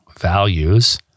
values